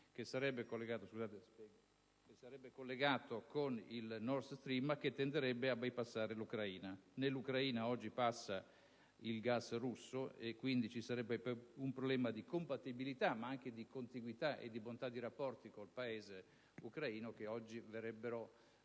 che sarebbe collegato con il *North Stream* e che tenderebbe a bypassare l'Ucraina. Nell'Ucraina oggi passa il gas russo e quindi ci sarebbe un problema di compatibilità, ma anche di contiguità e di bontà di rapporti che verrebbero